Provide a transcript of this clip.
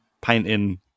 painting